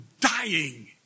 dying